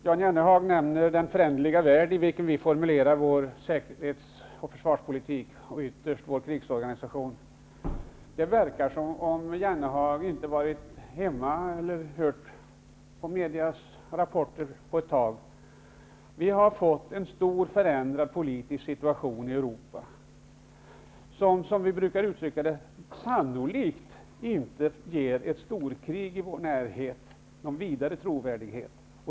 Jan Jennehag nämner den föränderliga värld i vilken vi formulerar vår säkerhets och försvarspolitik och ytterst beslutar om vår krigsorganisation. Det verkar som om Jennehag inte har varit hemma och hört medias rapporter på ett tag. Den politiska situationen i Europa är i stort förändrad, något som sannolikt inte, som vi brukar uttrycka det, ger någon vidare trovärdighet till argumentet om risken för ett storkrig i vår närhet.